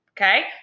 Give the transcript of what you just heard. okay